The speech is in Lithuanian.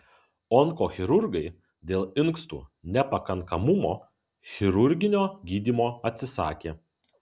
onkochirurgai dėl inkstų nepakankamumo chirurginio gydymo atsisakė